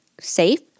safe